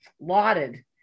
lauded